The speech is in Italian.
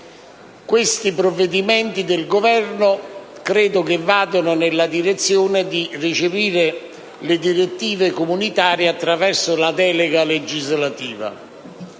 Questi provvedimenti del Governo credo vadano nella direzione di recepire le direttive comunitarie attraverso la delega legislativa;